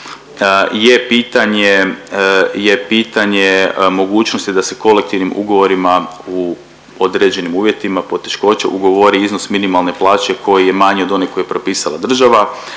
je pitanje mogućnosti da se kolektivnim ugovorima u određenim uvjetima poteškoće ugovori iznos minimalni plaće koji je manji od onog koji je propisala država,